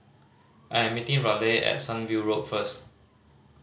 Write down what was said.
I'm meeting Raleigh at Sunview Road first